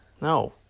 No